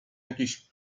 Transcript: jakiś